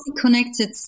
connected